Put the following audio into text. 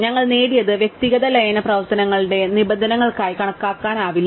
ഞങ്ങൾ നേടിയത് വ്യക്തിഗത ലയന പ്രവർത്തനങ്ങളുടെ നിബന്ധനകൾക്കായി കണക്കാക്കാനാവില്ല